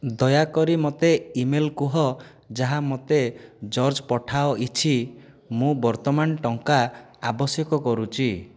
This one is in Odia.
ଦୟାକରି ମୋତେ ଇମେଲ କୁହ ଯାହା ମୋତେ ଜର୍ଜ ପଠାଇଛି ମୁଁ ବର୍ତ୍ତମାନ ଟଙ୍କା ଆବଶ୍ୟକ କରୁଛି